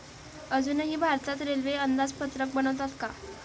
अजूनही भारतात रेल्वे अंदाजपत्रक बनवतात का?